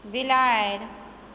बिलाड़ि